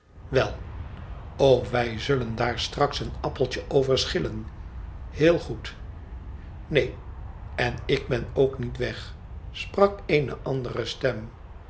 wel o i wij ztdlen daar straks een appeltje over schillen heel goed neen en ï ben ook niet weg sprak eene andere stem